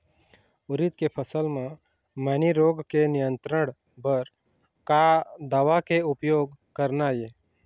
उरीद के फसल म मैनी रोग के नियंत्रण बर का दवा के उपयोग करना ये?